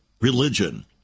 religion